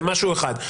זה משהו אחד.